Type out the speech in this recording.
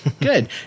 good